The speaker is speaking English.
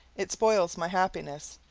it spoils my happiness,